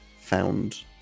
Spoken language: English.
found